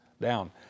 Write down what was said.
down